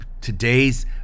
Today's